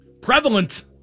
prevalent